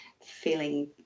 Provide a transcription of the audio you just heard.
feeling